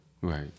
Right